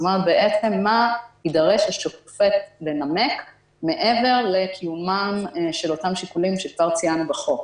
מה יידרש השופט לנמק מעבר לקיומם של אותם שיקולים שאותם ציינו בחוק